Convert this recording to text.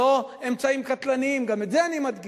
לא אמצעיים קטלניים, גם את זה אני מדגיש.